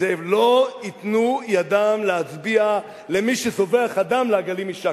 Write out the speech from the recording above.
זאב לא ייתנו ידם להצביע למי שזובח אדם לעגלים יישקון.